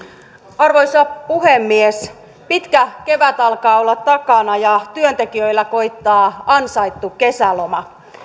arvoisa puhemies pitkä kevät alkaa olla takana ja työntekijöillä koittaa ansaittu kesäloma